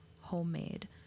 homemade